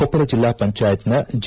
ಕೊಪ್ಪಳ ಜಿಲ್ಲಾ ಪಂಚಾಯತ್ನ ಜಿ